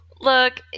Look